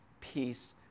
peace